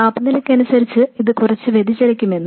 താപനിലയ്ക് അനുസരിച്ച് ഇത് കുറച്ച് വ്യതിചലിക്കുകയും ചെയ്യും